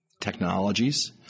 technologies